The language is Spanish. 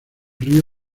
río